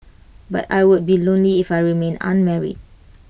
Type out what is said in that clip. but I would be lonely if I remained unmarried